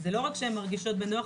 זה לא רק שהן מרגישות בנוח,